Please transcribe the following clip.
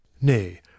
Nay